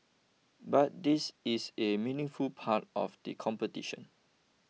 But this is a meaningful part of the competition